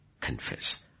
confess